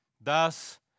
Thus